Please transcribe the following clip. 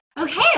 Okay